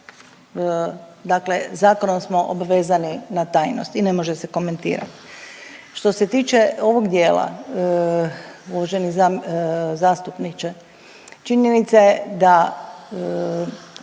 dakle zakonom smo obavezani na tajnost i ne može se komentirat. Što se tiče ovog dijela uvaženi zastupniče, činjenica je da